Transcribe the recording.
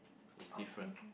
it's different